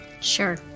Sure